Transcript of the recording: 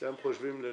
שאתם חושבים לנכון.